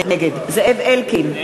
נגד זאב אלקין,